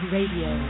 Radio